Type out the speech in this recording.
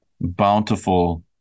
bountiful